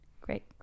great